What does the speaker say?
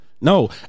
No